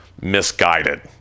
misguided